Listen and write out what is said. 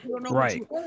Right